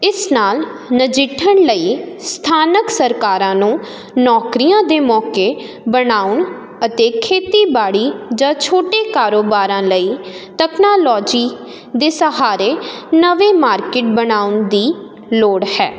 ਇਸ ਨਾਲ ਨਜਿੱਠਣ ਲਈ ਸਥਾਨਕ ਸਰਕਾਰਾਂ ਨੂੰ ਨੌਕਰੀਆਂ ਦੇ ਮੌਕੇ ਬਣਾਉਣ ਅਤੇ ਖੇਤੀਬਾੜੀ ਜਾਂ ਛੋਟੇ ਕਾਰੋਬਾਰਾਂ ਲਈ ਤਕਨਾਲੋਜੀ ਦੇ ਸਹਾਰੇ ਨਵੇਂ ਮਾਰਕਿਟ ਬਣਾਉਣ ਦੀ ਲੋੜ ਹੈ